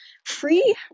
Free